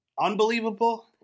Unbelievable